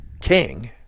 king